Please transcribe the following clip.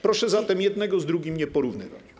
Proszę zatem jednego z drugim nie porównywać.